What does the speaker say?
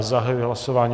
Zahajuji hlasování.